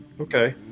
Okay